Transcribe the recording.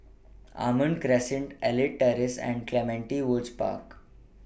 Almond Crescent Elite Terrace and Clementi Woods Park